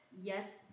yes